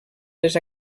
les